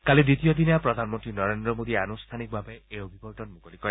কালি দ্বিতীয় দিনা প্ৰধানমন্ত্ৰী নৰেন্দ্ৰ মোদীয়ে আনুষ্ঠানিকভাৱে এই অভিৱৰ্তন মুকলি কৰে